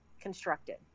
constructed